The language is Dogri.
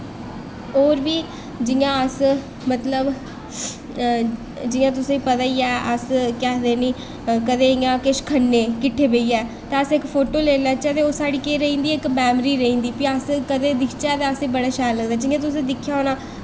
होर बी जि'यां अस मतलब जि'यां तुसेंगी पता ई ऐ अस कदें किश इ'यां खन्ने किट्टे बेहियै ते अस इक फोटो लेई लेच्चै ते ओह् साढ़ी इक केह् रेही जंदी इक मैमरी रेही जंदी फ्ही अस दिखचै तां असें बड़ा शैल लगदा जि'यां तुसें दिक्खेआ होना